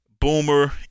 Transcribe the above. boomer